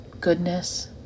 goodness